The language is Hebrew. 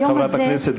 ביום הזה,